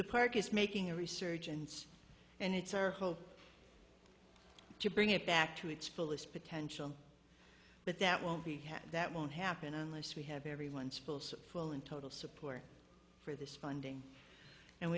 the park is making a resurgence and it's our hope to bring it back to its fullest potential but that won't be had that won't happen unless we have everyone full and total support for this funding and